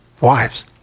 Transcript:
wives